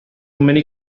many